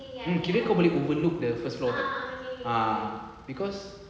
mm kira kau boleh overlooked the first floor kan ah cause